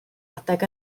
adeg